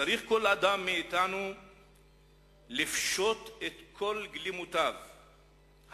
צריך כל אדם מאתנו לפשוט את כל גלימותיו השונות,